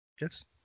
Yes